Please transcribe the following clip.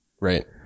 right